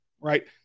right